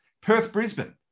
Perth-Brisbane